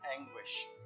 anguish